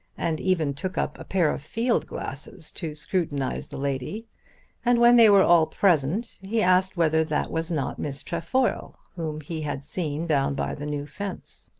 and even took up a pair of field-glasses to scrutinise the lady and when they were all present he asked whether that was not miss trefoil whom he had seen down by the new fence.